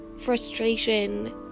frustration